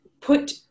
put